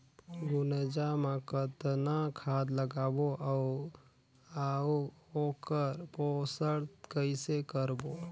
गुनजा मा कतना खाद लगाबो अउ आऊ ओकर पोषण कइसे करबो?